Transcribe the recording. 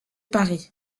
paris